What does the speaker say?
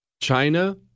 China